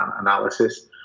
analysis